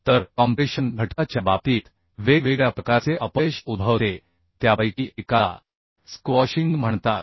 तर कॉम्प्रेशन घटका च्या बाबतीत वेगवेगळ्या प्रकारचे अपयश उद्भवते त्यापैकी एकाला स्क्वॉशिंग म्हणतात